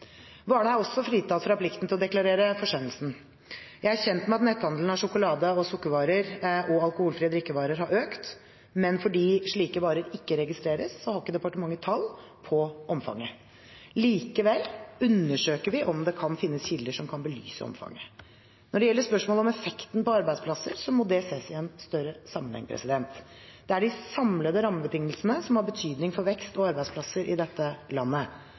er også fritatt fra plikten til å deklarere forsendelsen. Jeg er kjent med at netthandelen av sjokolade- og sukkervarer og alkoholfrie drikkevarer har økt, men fordi slike varer ikke registreres, har ikke departementet tall på omfanget. Likevel undersøker vi om det kan finnes kilder som kan belyse omfanget. Når det gjelder spørsmål om effekten på arbeidsplasser, må det ses i en større sammenheng. Det er de samlede rammebetingelsene som har betydning for vekst og arbeidsplasser i dette landet.